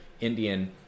Indian